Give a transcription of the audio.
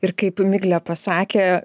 ir kaip miglė pasakė